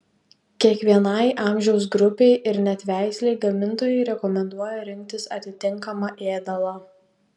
kiekvienai amžiaus grupei ir net veislei gamintojai rekomenduoja rinktis atitinkamą ėdalą